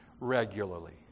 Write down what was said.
regularly